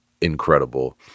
incredible